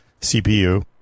cpu